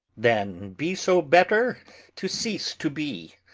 than be so, better to cease to be.